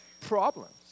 problems